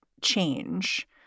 change